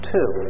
Two